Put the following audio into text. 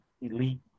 elite